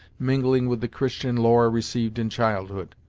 mingling with the christian lore received in childhood.